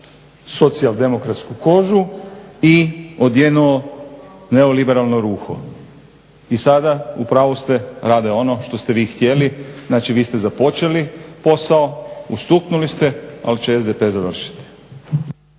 socijaldemokratsku kožu i odjenuo neoliberalno ruho. I sada u pravu ste rade ono što ste vi htjeli. Znači, vi ste započeli posao, ustuknuli ste, ali će SDP završiti.